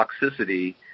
toxicity